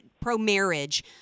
pro-marriage